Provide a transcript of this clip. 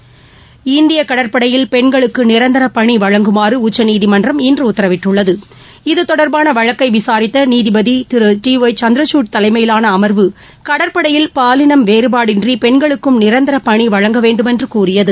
இந்திய கடற்படையில் பெண்களுக்கு நிரந்தர பணி வழங்குமாறு உச்சநீதிமன்றம் இன்று உத்தரவிட்டுள்ளது இது தொடர்பாள வழக்கை விளரித்த நீதிபதி திரு டி ஒய் சந்திரசூட் தலைமையிலான அமர்வு கடற்படையில் பாலினம் வேறுபாடின்றி பெண்களுக்கும் நிரந்தர பணி வழங்க வேண்மென்று கூறியது